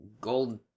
Gold